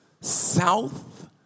south